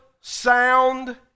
sound